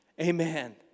amen